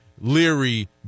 leary